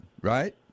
right